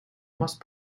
most